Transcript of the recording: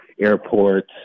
airports